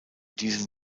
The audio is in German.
diesem